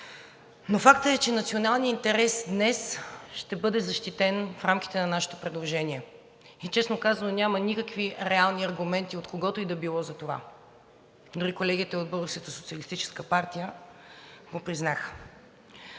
но факт е, че националният интерес днес ще бъде защитен в рамките на нашето предложение. Честно казано, няма никакви реални аргументи от когото и да било за това – дори колегите от Българската социалистическа партия го признаха.